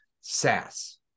SaaS